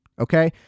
okay